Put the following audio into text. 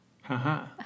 Ha-ha